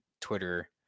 Twitter